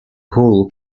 hull